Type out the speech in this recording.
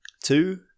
Two